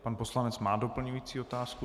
Pan poslanec má doplňující otázku.